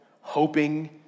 hoping